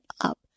up